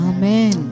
Amen